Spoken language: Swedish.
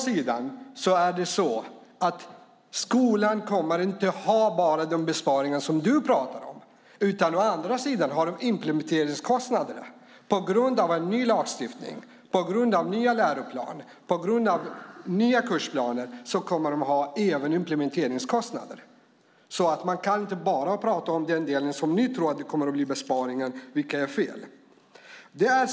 Sedan kommer skolan inte bara att drabbas av de besparingar som du pratar om, Jan Björklund, utan de har också implementeringskostnaderna. På grund av ny lagstiftning, ny läroplan och nya kursplaner kommer de även att ha implementeringskostnader. Man kan alltså inte bara prata om den del där ni tror att det kommer att bli besparingar. Det är fel.